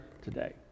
today